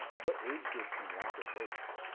what age group can walk with weights?